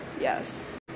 Yes